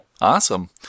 Awesome